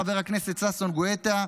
חבר הכנסת ששון גואטה,